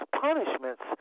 punishments